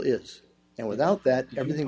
is and without that everything